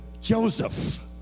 Joseph